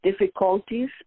difficulties